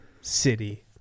City